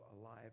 alive